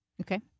Okay